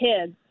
kids